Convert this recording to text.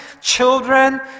children